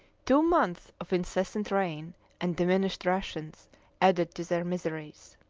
two months of incessant rain and diminished rations added to their miseries.